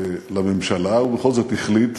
לממשלה, ובכל זאת החליט